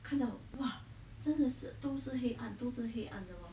看到 !wah! 真的是都是黑暗都是黑暗的 lor